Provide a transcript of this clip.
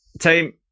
team